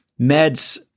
meds